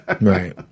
Right